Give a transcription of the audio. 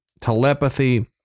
telepathy